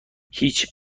هیچ